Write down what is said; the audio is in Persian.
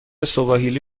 سواحیلی